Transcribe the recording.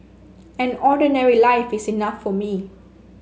an ordinary life is enough for me